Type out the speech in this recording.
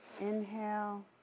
inhale